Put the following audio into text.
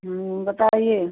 बताइए